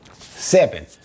Seven